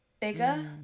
bigger